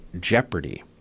jeopardy